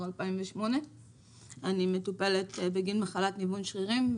2008. אני מטופלת בגין מחלת ניוון שרירים.